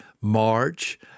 March